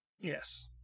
Yes